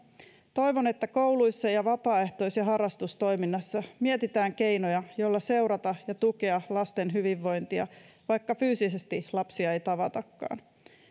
toivon että kouluissa ja vapaaehtois ja harrastustoiminnassa mietitään keinoja joilla seurata ja tukea lasten hyvinvointia vaikka fyysisesti lapsia ei tavatakaan